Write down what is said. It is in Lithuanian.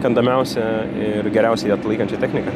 įkandamiausią ir geriausiai atlaikančia technika